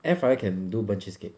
air fryer can do burnt cheesecake